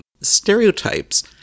Stereotypes